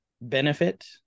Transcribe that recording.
benefit